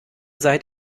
seid